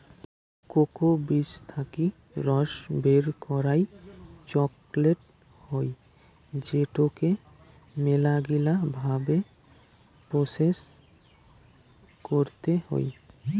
cocoa বীজ থাকি রস বের করই চকলেট হই যেটোকে মেলাগিলা ভাবে প্রসেস করতে হই